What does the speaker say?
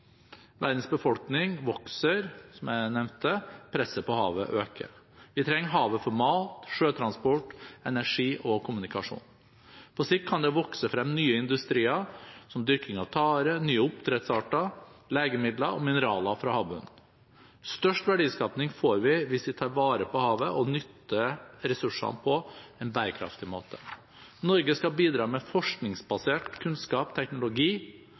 Verdens befolkning vokser, som jeg nevnte, presset på havet øker. Vi trenger havet for mat, sjøtransport, energi og kommunikasjon. På sikt kan det vokse frem nye industrier som dyrking av tare, nye oppdrettsarter, legemidler og mineraler fra havbunnen. Størst verdiskaping får vi hvis vi tar vare på havet og nytter ressursene på en bærekraftig måte. Norge skal bidra med forskningsbasert kunnskap, teknologi